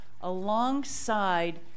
alongside